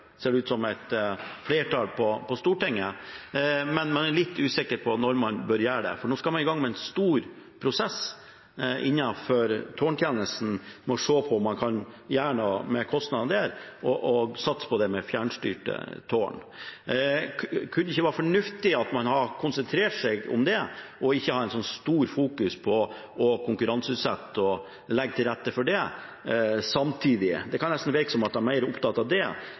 ser det ut til – et flertall på Stortinget, men man er litt usikker på når man bør gjøre det. Nå skal man i gang med en stor prosess innenfor tårntjenesten for å se på om man kan gjøre noe med kostnadene der, og satse på fjernstyrte tårn. Kunne det ikke være fornuftig at man hadde konsentrert seg om det, og ikke samtidig fokuserte så mye på å konkurranseutsette og å legge til rette for det? Det kan nesten virke som om man egentlig er mer opptatt av det